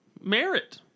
merit